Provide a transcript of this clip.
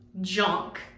junk